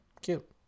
Cute